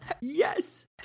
yes